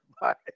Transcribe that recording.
Bye